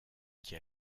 qui